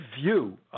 view